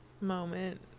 moment